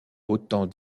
autant